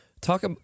Talk